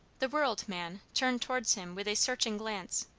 the world man turned towards him with a searching glance,